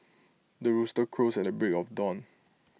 the rooster crows at the break of dawn